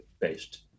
based